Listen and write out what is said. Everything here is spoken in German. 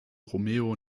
romeo